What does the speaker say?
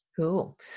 cool